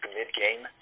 mid-game